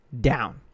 down